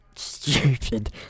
Stupid